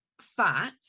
fat